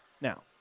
now